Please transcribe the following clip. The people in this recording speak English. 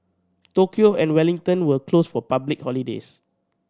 Tokyo and Wellington were closed for public holidays